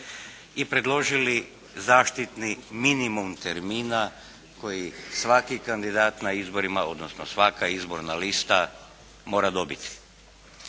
i predložili zaštitni minimum termina koji svaki kandidata na izborima, odnosno svaka izborna lista mora dobiti.